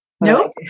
Nope